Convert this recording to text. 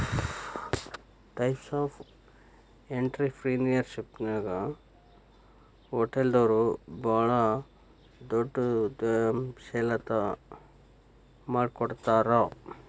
types of ಎನ್ಟ್ರಿಪ್ರಿನಿಯರ್ಶಿಪ್ನ್ಯಾಗ ಹೊಟಲ್ದೊರು ಭಾಳ್ ದೊಡುದ್ಯಂಶೇಲತಾ ಮಾಡಿಕೊಡ್ತಾರ